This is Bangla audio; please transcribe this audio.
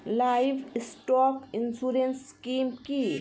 লাইভস্টক ইন্সুরেন্স স্কিম কি?